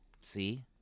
See